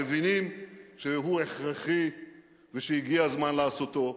מבינים שהוא הכרחי ושהגיע הזמן לעשותו,